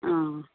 ആ